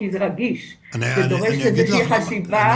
כי זה רגיש וזה דורש שתהיה חשיבה.